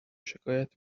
شکایت